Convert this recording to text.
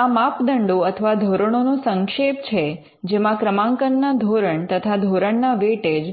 આ માપદંડો અથવા ધોરણોનો સંક્ષેપ છે જેમાં ક્રમાંકનના ધોરણ તથા ધોરણના વેટેજ